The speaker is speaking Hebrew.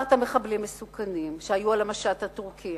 שחררת מחבלים מסוכנים שהיו במשט הטורקי.